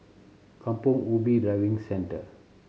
Kampong Ubi Driving Centre